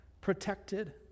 protected